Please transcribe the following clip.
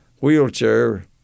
Wheelchair